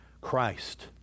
Christ